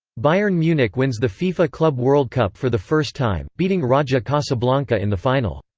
bayern munich wins the fifa club world cup for the first time, beating raja casablanca in the final.